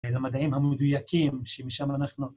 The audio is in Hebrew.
למדעים המדויקים שמשם אנחנו